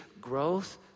Growth